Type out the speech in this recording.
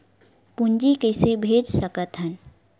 पूंजी कइसे भेज सकत हन?